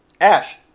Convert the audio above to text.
Ash